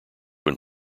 when